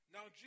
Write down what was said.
Now